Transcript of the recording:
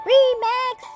Remix